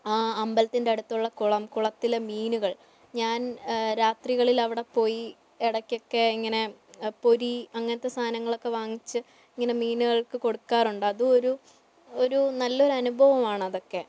ആ അമ്പലത്തിൻ്റെ അടുത്തുള്ള കുളം കുളത്തിലെ മീനുകൾ ഞാൻ രാത്രികളിൽ അവിടെ പോയി ഇടയ്കൊക്കെ ഇങ്ങനെ പൊരി അങ്ങനത്തെ സാധങ്ങളൊക്കെ വാങ്ങിച്ച് ഇങ്ങനെ മീനുകൾക്ക് കൊടുക്കാറുണ്ട് അതും ഒരു ഒരു നല്ലൊരു അനുഭവമാണതൊക്കെ